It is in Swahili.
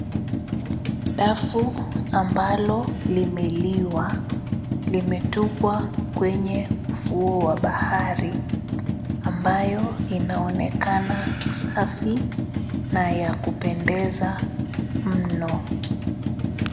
Dafu ambalo limeliwa. Llimetupwa kwenye ufuo wa bahari, ambayo inaonekaana safi na la kupendeza mno.